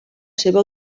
seva